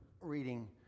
reading